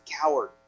coward